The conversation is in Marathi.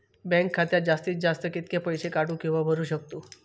बँक खात्यात जास्तीत जास्त कितके पैसे काढू किव्हा भरू शकतो?